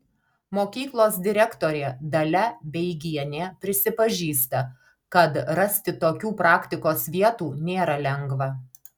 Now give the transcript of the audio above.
mokyklos direktorė dalia beigienė prisipažįsta kad rasti tokių praktikos vietų nėra lengva